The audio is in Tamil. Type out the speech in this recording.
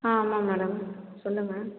ஆ ஆமாம் மேடம் சொல்லுங்க